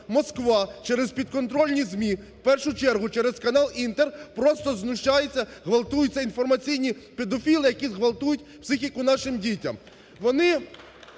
Москва через підконтрольні ЗМІ, в першу чергу, через канал "Інтер" просто знущається: ґвалтується… інформаційні педофіли, які ґвалтують психіку нашим дітям. Вони